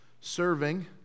Serving